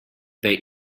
they